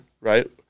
right